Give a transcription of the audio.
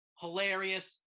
Hilarious